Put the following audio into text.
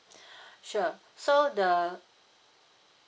sure so the